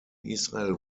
israel